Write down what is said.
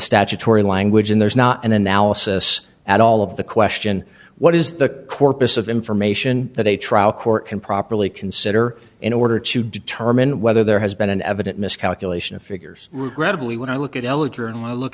statutory language and there's not an analysis at all of the question what is the corpus of information that a trial court can properly consider in order to determine whether there has been an evident miscalculation of figures regrettably when i look at elater and i look